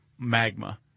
Magma